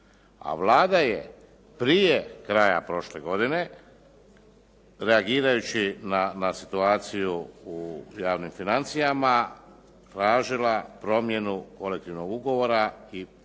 a Vlada je prije kraja prošle godine reagirajući na situaciju u javnim financijama tražila promjenu kolektivnog ugovora i počela